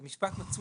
זה משפט מצוי.